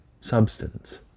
substance